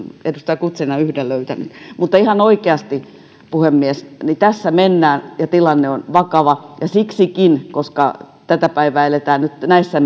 edustaja guzenina on yhden löytänyt mutta ihan oikeasti puhemies tässä mennään ja tilanne on vakava siksikin koska tätä päivää eletään nyt näissä